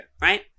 right